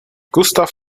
gustav